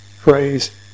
phrase